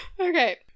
okay